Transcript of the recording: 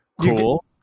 Cool